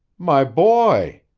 my boy!